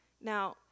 Now